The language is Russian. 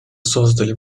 создали